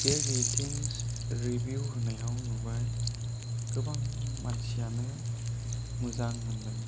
बे ratings review होनायाव नुबाय गोबां मानसियानो मोजां होनदों